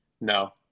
No